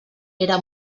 era